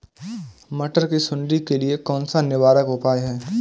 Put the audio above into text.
मटर की सुंडी के लिए कौन सा निवारक उपाय है?